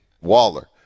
Waller